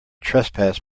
trespass